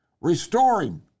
Restoring